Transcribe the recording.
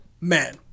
Man